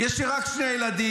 יש לי רק שני ילדים.